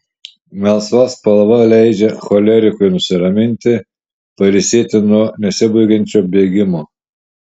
melsva spalva leidžia cholerikui nusiraminti pailsėti nuo nesibaigiančio bėgimo